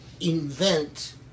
invent